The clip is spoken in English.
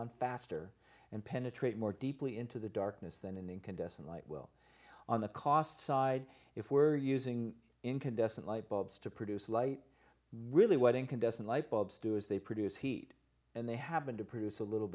on faster and penetrate more deeply into the darkness than an incandescent light will on the cost side if we were using incandescent light bulbs to produce light really what incandescent light bulbs do is they produce heat and they happen to produce a little